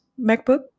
MacBook